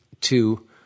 two